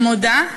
אני מודה,